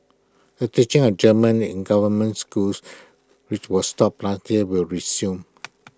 the teaching A German in government schools which was stopped last year will resume